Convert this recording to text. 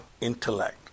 intellect